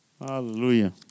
Hallelujah